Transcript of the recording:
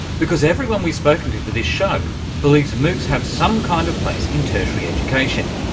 because everyone we've spoken to for this show believes moocs have some kind of place in tertiary education.